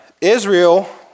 Israel